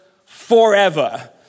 forever